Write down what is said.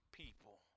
people